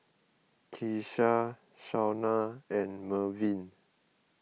Keesha Shaunna and Mervin